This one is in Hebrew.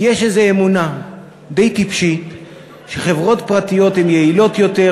כי יש איזו אמונה די טיפשית שחברות פרטיות הן יעילות יותר,